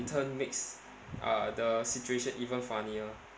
turn makes uh the situation even funnier